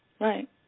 Right